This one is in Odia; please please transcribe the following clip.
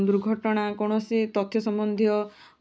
ଦୁର୍ଘଟଣା କୌଣସି ତଥ୍ୟ ସମ୍ୱନ୍ଧୀୟ